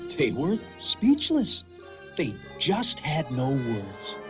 they were speechless they just had no words.